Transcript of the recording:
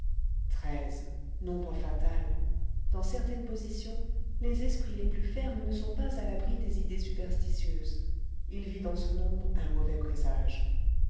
treize nombre fatal dans certaines positions les esprits les plus fermes ne sont pas à l'abri des idées superstitieuses il vit dans ce nombre un mauvais présage